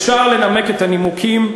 אפשר לנמק את הנימוקים: